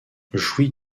jouit